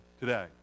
today